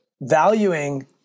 valuing